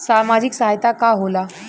सामाजिक सहायता का होला?